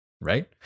Right